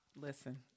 Listen